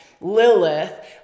Lilith